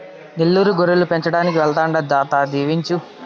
నెల్లూరు గొర్రెలు పెంచడానికి వెళ్తాండా తాత దీవించు